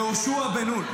יהושע בן נון?